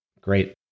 Great